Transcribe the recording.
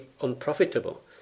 unprofitable